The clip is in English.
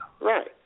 Right